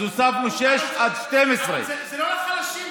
אז אנחנו הוספנו משש עד 12. אבל זה לא לחלשים.